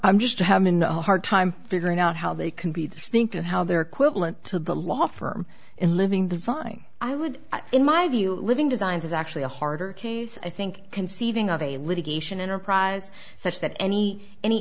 i'm just to have been a hard time figuring out how they can be distinct and how they're equivalent to the law firm in living designing i would in my view living designs is actually a harder case i think conceiving of a litigation enterprise such that any any